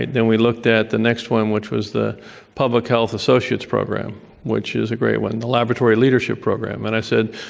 then we looked at the next one which was the public health associates program which is a great one. the laboratory leadership program. and i said,